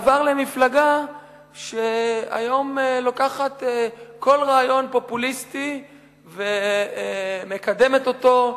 עבר למפלגה שהיום לוקחת כל רעיון פופוליסטי ומקדמת אותו,